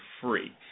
Free